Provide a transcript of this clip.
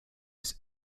ist